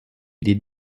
des